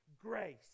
grace